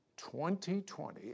2020